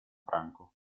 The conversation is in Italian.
franco